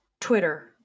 Twitter